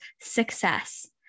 success